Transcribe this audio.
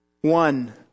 One